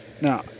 Now